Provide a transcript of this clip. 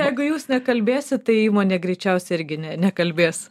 jeigu jūs nekalbėsit tai įmonė greičiausiai irgi ne nekalbės